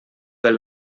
pel